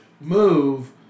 move